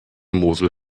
mosel